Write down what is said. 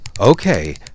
Okay